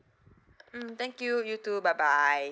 mm thank you you too bye bye